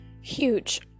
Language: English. huge